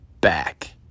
back